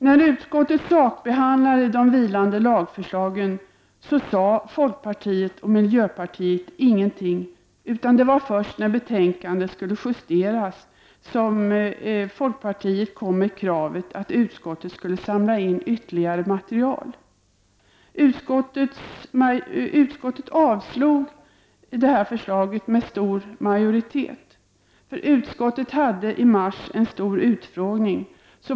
När utskottet sakbehandlade de vilande lagförslagen sade folkpartiet och miljöpartiet ingenting, utan det var först när betänkandet skulle justeras som folkpartiet ställde krav på att utskottet skulle samla in ytterligare material. Utskottet avstyrkte med stor majoritet detta förslag. Utskottet hade i mars en stor utfrågning.